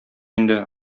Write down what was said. инде